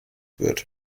wird